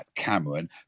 Cameron